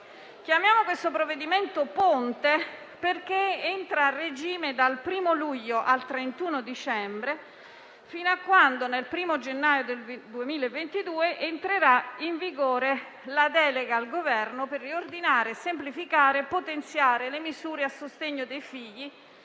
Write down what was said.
Chiamiamo questo provvedimento ponte perché entra a regime dal 1° luglio al 31 dicembre, fino a quando il 1° gennaio 2022 entrerà in vigore la delega al Governo per riordinare, semplificare e potenziare le misure a sostegno dei figli